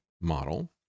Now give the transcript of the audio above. model